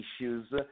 issues